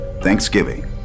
Thanksgiving